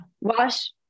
wash